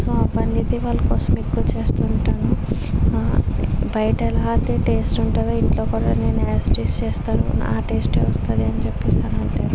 so ఆ పని అయితే వాళ్ళ కోసం ఎక్కువ చేస్తుంటాను బయట ఎలా అయితే టేస్ట్ ఉంటుందో ఇంట్లో కూడా నేను యాస్ ఇట్ ఈజ్ చేస్తాను నా టేస్టే వస్తది అని చెప్పేసి అని అంటారు